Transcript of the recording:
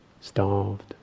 starved